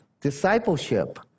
discipleship